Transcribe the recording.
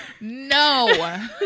No